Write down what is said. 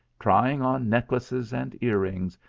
trying on necklaces and ear-rings,